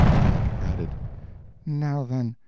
aleck added now then,